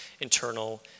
internal